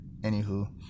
anywho